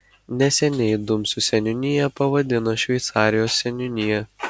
neseniai dumsių seniūniją pavadino šveicarijos seniūnija